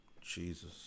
Jesus